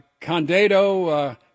Condado